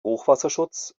hochwasserschutz